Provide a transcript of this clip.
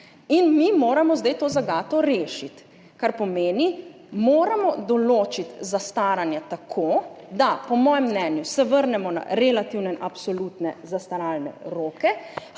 Mi moramo zdaj to zagato rešiti, kar pomeni, moramo določiti zastaranje tako, da, po mojem mnenju, se vrnemo na relativno in absolutne zastaralne roke,